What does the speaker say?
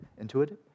intuitive